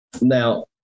Now